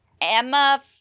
Emma